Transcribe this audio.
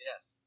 Yes